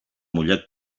mullat